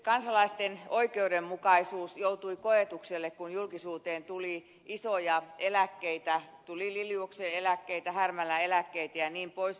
kansalaisten oikeudenmukaisuus joutui koetukselle kun julkisuuteen tuli isoja eläkkeitä tuli liliuksen eläkkeitä härmälän eläkkeitä jnp